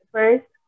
First